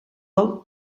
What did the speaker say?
hau